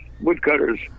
woodcutters